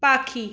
পাখি